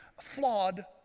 flawed